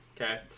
Okay